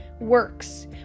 works